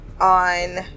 on